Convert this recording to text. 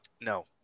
No